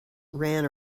ran